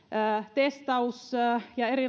testaus ja